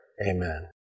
Amen